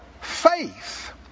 faith